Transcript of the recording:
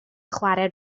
chwarae